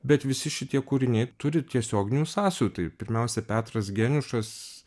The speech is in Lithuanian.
bet visi šitie kūriniai turi tiesioginių sąsajų tai pirmiausia petras geniušas